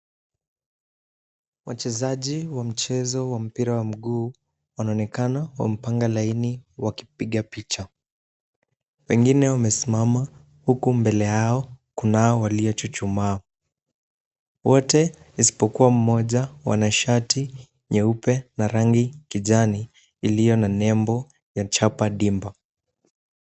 Wachezaji wa mchezo wa mpira wa miguu wanaonekana wamepanga laini wakipiga picha. Wengine wamesimama huku mbele yao, kunao waliochuchumaa. Wote isipokuwa mmoja wana shati nyeupe na rangi ya kijani iliyo na nembo ya chapa dimba.